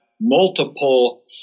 multiple